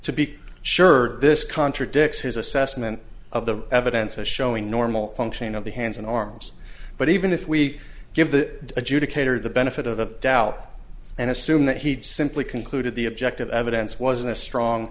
to be sure this contradicts his assessment of the evidence as showing normal functioning of the hands and arms but even if we give the adjudicator the benefit of the doubt and assume that he simply conclude the objective evidence was a strong